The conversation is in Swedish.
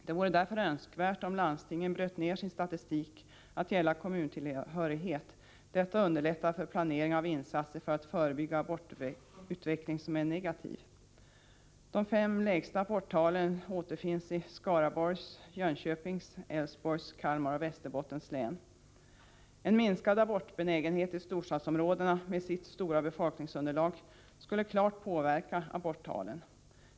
Det vore önskvärt om landstingen bröt ner sin statistik till att gälla kommuner. Detta skulle underlätta planeringen av insatser för att förebygga en abortutveckling som är negativ. De fem lägsta aborttalen återfinns i Skaraborgs, Jönköpings, Älvsborgs, Kalmar och Västerbottens län. En minskad abortbenägenhet i storstadsområdena, där befolkningsunderlaget är stort, skulle klart påverka aborttalen.